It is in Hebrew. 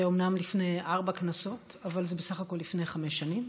זה אומנם לפני ארבע כנסות אבל זה בסך הכול לפני חמש שנים,